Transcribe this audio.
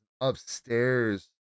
upstairs